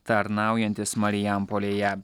tarnaujantis marijampolėje